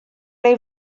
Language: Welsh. neu